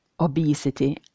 obesity